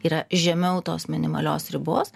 yra žemiau tos minimalios ribos